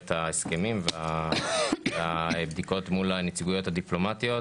ההסכמים והביקורת מול הנציגויות הדיפלומטיות,